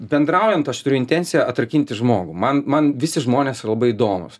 bendraujant aš turiu intenciją atrakinti žmogų man man visi žmonės yra labai įdomūs